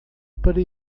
para